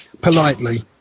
politely